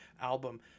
album